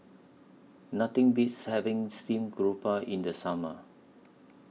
Nothing Beats having Steamed Garoupa in The Summer